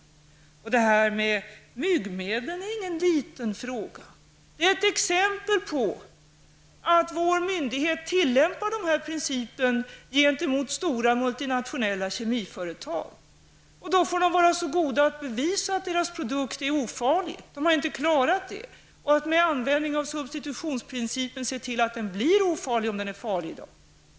Förslaget om myggmedlen är ingen liten fråga i sammanhanget. Det är ett exempel på att en myndighet tillämpar denna princip gentemot stora multinationella kemiföretag. Då får dessa företag vara så goda att bevisa att deras produkt är ofarlig. Men de har inte lyckats med det. Det gäller då att med användning av substitutionsprincipen se till att produkten blir ofarlig.